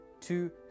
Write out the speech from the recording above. two